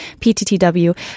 PTTW